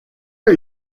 are